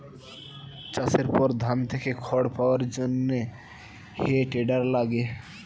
চাষের পর ধান থেকে খড় পাওয়ার জন্যে হে টেডার লাগে